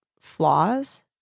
flaws